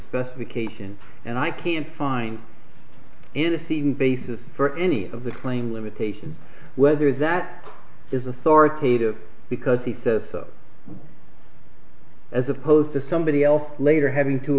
specification and i can't find in a scene basis for any of the claim limitation whether that is authoritative because he says so as opposed to somebody else later having to